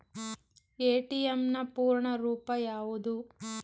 ATM ನ ಪೂರ್ಣ ರೂಪ ಯಾವುದು?